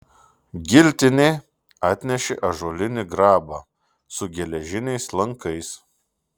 giltinė atnešė ąžuolinį grabą su geležiniais lankais